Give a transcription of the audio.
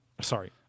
Sorry